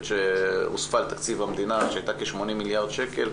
שהוספה לתקציב המדינה שהייתה כ-80 מיליארד שקל,